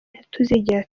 ntituzigera